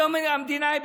היום המדינה היא,